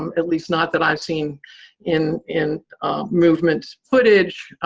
um at least not that i've seen in in movement footage,